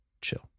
chill